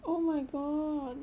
oh my god